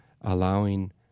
allowing